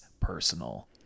personal